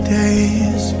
days